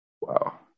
Wow